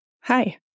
Hi